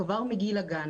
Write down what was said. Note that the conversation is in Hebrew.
כבר מגיל הגן,